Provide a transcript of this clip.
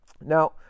Now